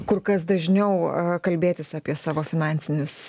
kur kas dažniau kalbėtis apie savo finansinius